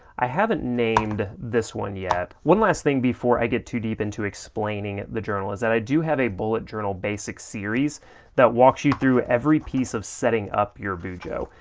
i haven't named this one yet, one last thing before i get too deep into explaining the journal is that i do have a bullet journal basic series that walks you through every piece of setting up your bujo.